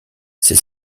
ces